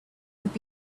would